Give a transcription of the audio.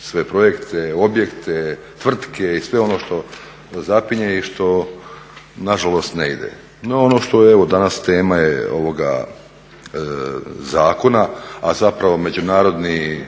sve projekte, objekte, tvrtke i sve ono što zapinje i što na žalost ne ide. No, ono što evo danas tema je ovoga zakona, a zapravo međunarodni